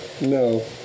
No